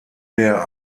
der